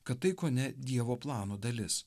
kad tai kone dievo plano dalis